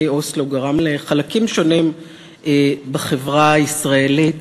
אוסלו גרם לחלקים שונים בחברה הישראלית